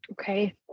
okay